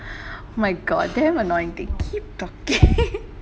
oh my god damn annoying they keep talking